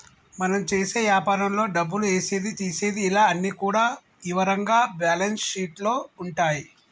మనం చేసే యాపారంలో డబ్బులు ఏసేది తీసేది ఇలా అన్ని కూడా ఇవరంగా బ్యేలన్స్ షీట్ లో ఉంటాయి